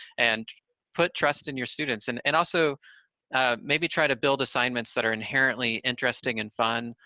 and put trust in your students, and and also maybe try to build assignments that are inherently interesting and fun,